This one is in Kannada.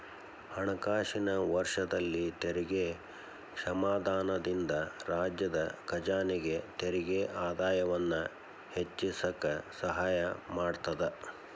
ಹಣಕಾಸಿನ ವರ್ಷದಲ್ಲಿ ತೆರಿಗೆ ಕ್ಷಮಾದಾನದಿಂದ ರಾಜ್ಯದ ಖಜಾನೆಗೆ ತೆರಿಗೆ ಆದಾಯವನ್ನ ಹೆಚ್ಚಿಸಕ ಸಹಾಯ ಮಾಡತದ